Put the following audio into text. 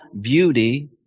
beauty